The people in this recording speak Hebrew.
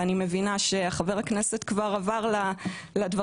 ואני מבינה שחבר הכנסת כבר עבר לדברים